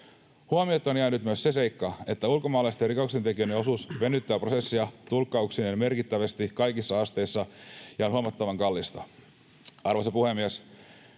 Huomiotta on jäänyt myös se seikka, että ulkomaalaisten rikoksentekijöiden osuus venyttää prosessia tulkkauksineen merkittävästi kaikissa asteissa ja on huomattavan kallista. Arvoisa puhemies!